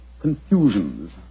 confusions